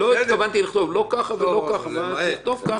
אני מוכן לקבל כל מה שאמרת עכשיו.